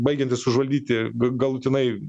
baigiantis užvaldyti g galutinai